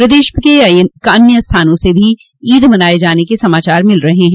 प्रदेश के अन्य स्थानों से भी ईद मनाये जाने के समाचार मिल रहे हैं